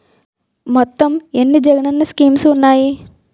మొత్తం ఎన్ని జగనన్న స్కీమ్స్ ఉన్నాయి?